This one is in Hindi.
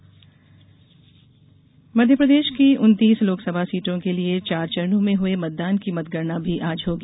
मतगणना प्रदेश मध्यप्रदेश की उन्तीस लोकसभा सीटों के लिए चार चरणों में हुए मतदान की मतगणना भी आज होगी